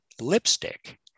lipstick